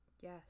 Yes